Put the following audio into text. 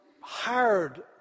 hired